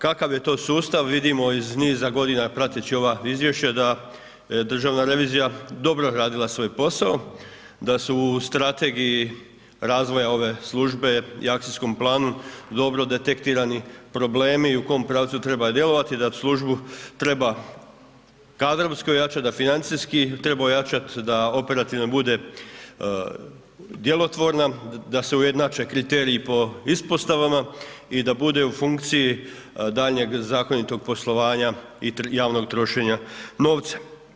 Kakav je to sustav vidimo iz niza godina prateći ova izvješća daje državna revizija dobro radila svoj posao, da su u strategiji razvoja ove službe i akcijskom planu dobro detektirani problemi i u kojem pravcu treba djelovati, da službu treba kadrovski ojačati, da financijski treba ojačati, da operativno bude djelotvorna, da se ujednače kriteriji po ispostavama i da bude u funkciji daljnjeg zakonitog poslovanja i javnog trošenja novca.